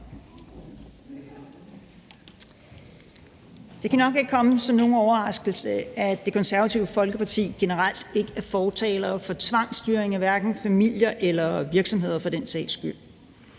Det kan nok ikke komme som nogen overraskelse, at Det Konservative Folkeparti generelt ikke er fortalere for tvangsstyring af hverken familier eller virksomheder for den sags skyld.